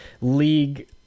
league